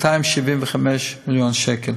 275 מיליון שקל.